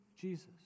Jesus